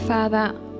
Father